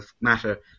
matter